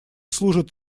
служат